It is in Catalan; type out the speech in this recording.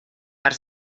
per